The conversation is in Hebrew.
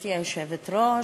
גברתי היושבת-ראש,